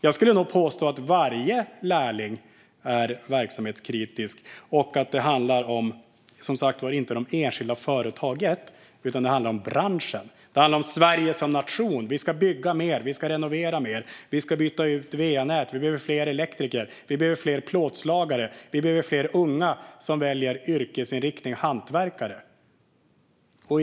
Jag skulle nog påstå att varje lärling är verksamhetskritisk och att det inte handlar om det enskilda företaget utan om branschen. Det handlar om Sverige som nation. Vi ska bygga mer. Vi ska renovera mer. Vi ska byta ut va-nät. Vi behöver fler elektriker. Vi behöver fler plåtslagare. Vi behöver fler unga som väljer hantverkare som yrkesinriktning.